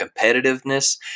competitiveness